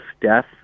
death